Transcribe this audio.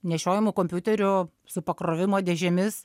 nešiojamų kompiuterių su pakrovimo dėžėmis